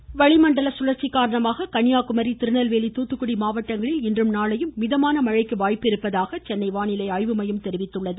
வானிலை வளிமண்டல கழற்சி காரணமாக கன்னியாகுமாி திருநெல்வேலி தூத்துக்குடி மாவட்டங்களில் இன்றும் நாளையும் மிதமான மழைக்கு வாய்ப்பிருப்பதாக சென்னை வானிலை ஆய்வு மையம் தெரிவித்துள்ளது